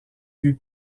vue